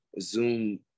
Zoom